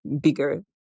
bigger